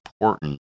important